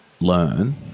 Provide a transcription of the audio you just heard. learn